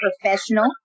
professional